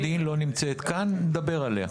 הערכת המודיעין לא נמצאת כאן, נדבר עליה.